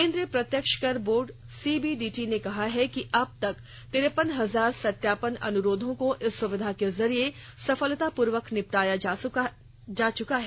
केन्द्रीय प्रत्यक्ष कर बोर्ड सीबीडीटी ने कहा है कि अब तक तिरपन हजार सत्यापन अनुरोधों को इस सुविधा के जरिए सफलता पूर्वक निपटाया जा चुका है